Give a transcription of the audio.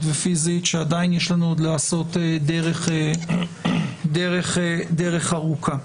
ופיזית שעדיין יש לנו עוד דרך ארוכה לעשות.